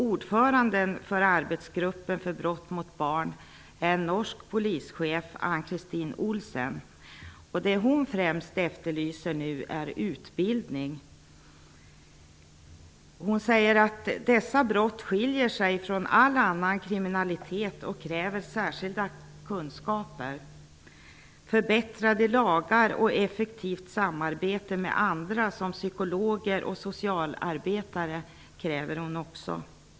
Ordföranden för arbetsgruppen för brott mot barn är en norsk polischef Ann-Kristin Olsen. Det hon främst nu efterlyser är utbildning. Hon säger att dessa brott skiljer sig från all annan kriminalitet och kräver särskilda kunskaper. Förbättrade lagar och effektivt samarbete med andra, som psykologer och socialarbetare, kräver hon också.